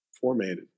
formatted